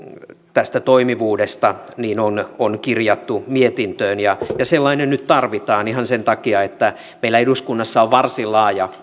tästä toimivuudesta on on kirjattu mietintöön sellainen nyt tarvitaan ihan sen takia että meillä eduskunnassa on varsin laaja